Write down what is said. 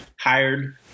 hired